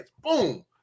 Boom